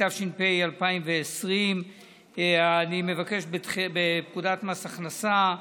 התש"ף 2020. אני מבקש, בפקודת מס הכנסה,